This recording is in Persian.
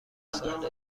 ساحل